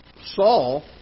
Saul